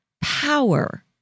power